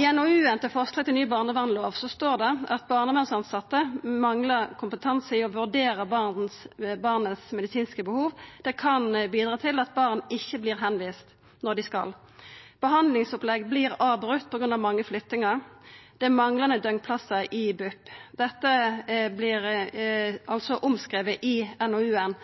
I NOU-en til forslag til ny barnevernslov står det at barnevernstilsette manglar kompetanse i å vurdera medisinske behov hos barnet. Det kan bidra til at barn ikkje vert viste vidare når dei skal. Behandlingsopplegg vert avbrotne på grunn av mange flyttingar, og det er manglande døgnplassar i BUP. Dette vert det altså skrive om i NOU-en.